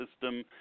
system